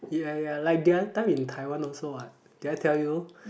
ya ya like the other time in Taiwan also what did I tell you